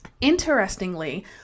Interestingly